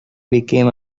became